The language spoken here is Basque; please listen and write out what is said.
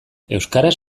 euskaraz